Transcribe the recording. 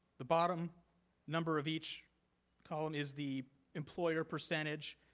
the bottom number of each column is the employer percentage.